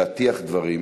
להטיח דברים,